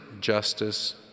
justice